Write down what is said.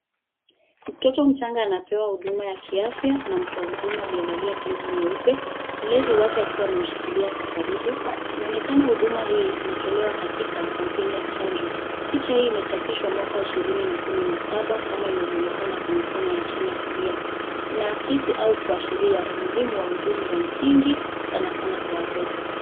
Mtoto mchanga anapewa huduma ya kiafya na mtu wa huduma aliyevalia glovu nyeupe, mlezi wake akiwa amemshikilia kwa karibu. Inaonekana huduma hii inatolewa katika kampeni ya chanjo. Picha hii imechapishwa mwaka wa ishirini na kumi na saba kama inavyoonekana kwenye kona ya chini ya kulia. Inaakisi au kuashiria umuhimu wa hudumu za msingi sana sana kwa watoto.